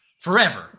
forever